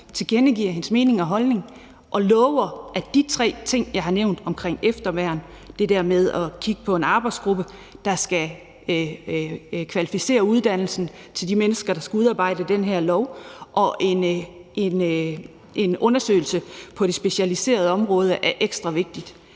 tilkendegiver sin mening og holdning og lover, at de tre ting, jeg har nævnt, kommer med. Det gælder efterværn, det der med at kigge på en arbejdsgruppe, der skal kvalificere uddannelsen til de mennesker, der skal udarbejde den her lov, og en undersøgelse på det specialiserede område, som er ekstra vigtigt.